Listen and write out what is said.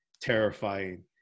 terrifying